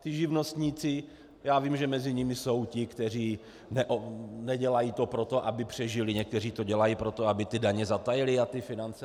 Ti živnostníci, já vím, že mezi nimi jsou ti, kteří to nedělají proto, aby přežili, někteří to dělají proto, aby ty daně zatajili a ty finance.